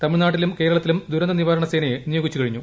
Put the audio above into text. തമിഴ്നാട്ടിലും കേരളത്തിലും ദുരന്തനിവാരണ സേനയെ നിയോഗിച്ചു കഴിഞ്ഞു